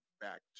back